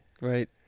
Right